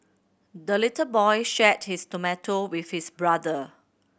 the little boy shared his tomato with his brother